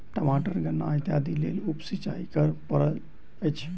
टमाटर गन्ना इत्यादिक लेल उप सिचाई करअ पड़ैत अछि